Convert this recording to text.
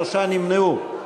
שלושה נמנעו.